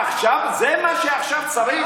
זה מה שעכשיו צריך?